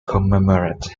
commemorates